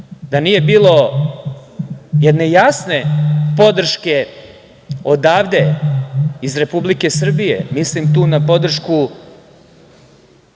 da nije bilo jedne jasne podrške odavde iz Republike Srbije, mislim tu na podršku